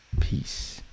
Peace